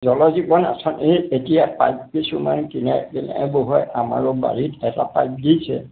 জল জীৱন আঁচনি এতিয়া পাইপ কিছুমান কিনাৰে কিনাৰে বহুৱায় আমাৰো বাৰীত এটা পাইপ দিছে